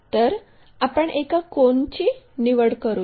तर आपण एका कोनची निवड करूया